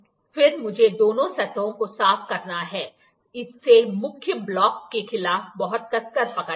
फिर मुझे दोनों सतहों को साफ करना है इसे मुख्य ब्लॉक के खिलाफ बहुत कसकर पकड़ना है